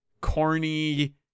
corny